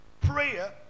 Prayer